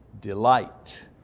Delight